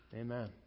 Amen